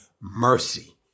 mercy